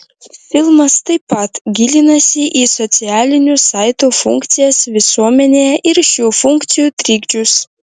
filmas taip pat gilinasi į socialinių saitų funkcijas visuomenėje ir šių funkcijų trikdžius